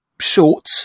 short